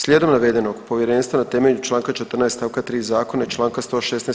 Slijedom navedenog, Povjerenstvo na temelju Članka 14. stavka 3. zakona i Članka 116.